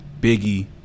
Biggie